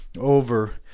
Over